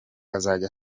azajya